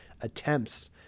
attempts